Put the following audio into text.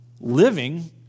living